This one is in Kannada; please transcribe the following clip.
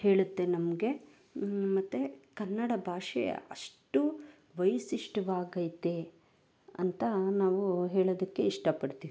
ಹೇಳುತ್ತೆ ನಮಗೆ ಮತ್ತು ಕನ್ನಡ ಭಾಷೆ ಅಷ್ಟು ವೈಶಿಷ್ಟ್ವಾಗೈತೆ ಅಂತ ನಾವು ಹೇಳೋದಕ್ಕೆ ಇಷ್ಟಪಡ್ತೀವಿ